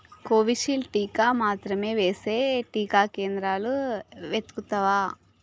Covishield టీకా మాత్రమే వేసే టీకా కేంద్రాలను వెతుకుతావా